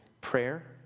prayer